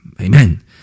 Amen